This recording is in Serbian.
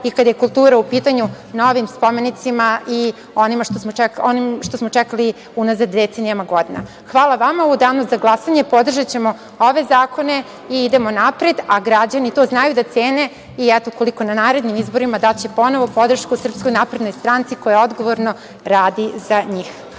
i kad je kultura u pitanju novim spomenicima i onim što smo čekali decenijama godina. Hvala vama, u danu za glasanje podržaćemo ove zakone i idemo napred, a građani to znaju da cene i eto, ukoliko na narednim izborima daće ponovo podršku SNS koja odgovorna radi za njih.